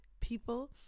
people